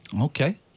okay